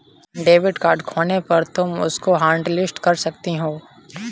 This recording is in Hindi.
डेबिट कार्ड खोने पर तुम उसको हॉटलिस्ट कर सकती हो